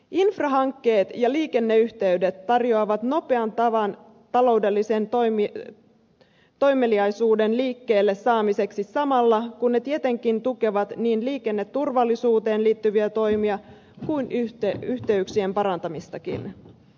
infrahankkeet ja liikenneyhteydet tarjoavat nopean tavan taloudellisen toimeliaisuuden liikkeelle saamiseksi samalla kun ne tietenkin tukevat niin liikenneturvallisuuteen liittyviä toimia kuin yhteyksien parantamistakin